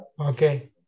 Okay